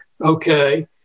Okay